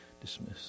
dismiss